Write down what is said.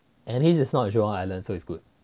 and his is not a jurong island so it's good